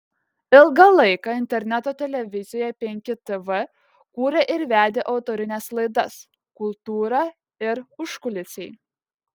ilgą laiką interneto televizijoje penki tv kūrė ir vedė autorines laidas kultūra ir užkulisiai